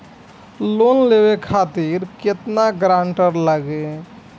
Loan लेवे खातिर केतना ग्रानटर लागी?